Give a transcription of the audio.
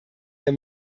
der